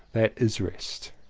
that is rest.